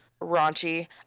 raunchy